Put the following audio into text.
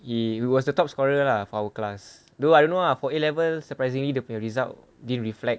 he was the top scorer lah for our class though I don't know ah for A level surprisingly dia punya result didn't reflect